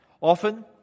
Often